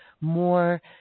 more